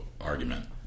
argument